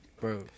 Bro